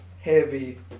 heavy